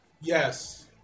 yes